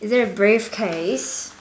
is there a briefcase